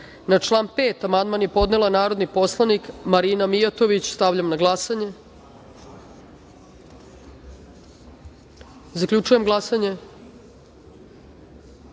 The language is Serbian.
član 5. amandman je podnela narodni poslanik Marina Mijatović. Stavljam na glasanje amandman. Zaključujem glasanje: